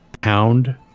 Pound